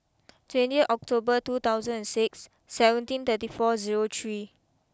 twenty October two thousand and six seventeen thirty four zero three